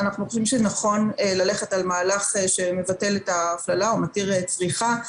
אנחנו חושבים שנכון ללכת על מהלך שמבטל את ההפללה ומתיר צריכה ושיווק,